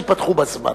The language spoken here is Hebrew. ייפתחו בזמן.